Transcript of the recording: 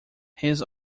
his